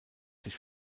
sich